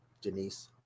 Denise